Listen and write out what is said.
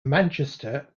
manchester